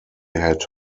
had